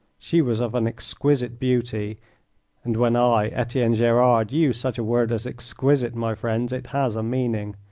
she was of an exquisite beauty and when i, etienne gerard, use such a word as exquisite, my friends, it has a meaning.